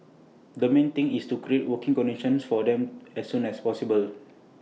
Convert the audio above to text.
the main thing is to create working conditions for them as soon as possible